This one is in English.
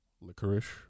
licorice